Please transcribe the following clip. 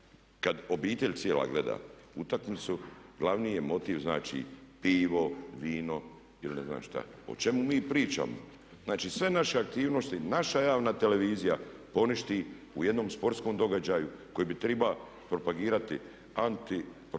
kad obitelj cijela gleda utakmicu glavni je motiv znači pivo, vino ili ne znam šta. O čemu mi pričamo? Znači sve naše aktivnosti, naša javna televizija poništi u jednom sportskom događaju koji bi triba propagirati anti, znači